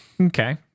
okay